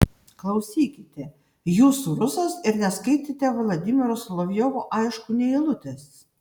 klausykite jūs rusas ir neskaitėte vladimiro solovjovo aišku nė eilutės